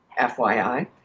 FYI